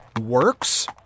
works